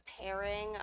pairing